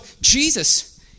Jesus